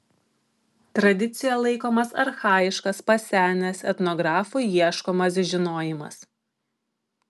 tradicija laikomas archajiškas pasenęs etnografų ieškomas žinojimas